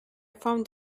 found